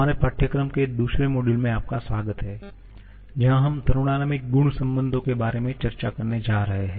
हमारे पाठ्यक्रम के दूसरे मॉड्यूल में आपका स्वागत है जहां हम थर्मोडायनामिक गुण संबंधों के बारे में चर्चा करने जा रहे हैं